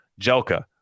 Jelka